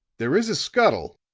there is a scuttle,